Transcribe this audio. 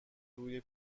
روی